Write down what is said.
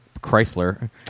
Chrysler